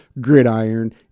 gridiron